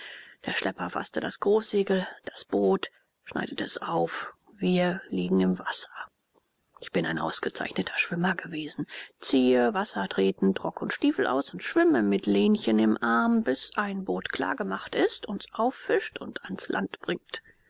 der schlepper faßt das großsegel das boot schneidet es auf wir liegen im wasser ich bin ein ausgezeichneter schwimmer gewesen ziehe wasser tretend rock und stiefel aus und schwimme mit lenchen im arm bis ein boot klar gemacht ist uns auffischt und ans land bringt